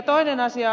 toinen asia